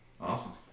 Awesome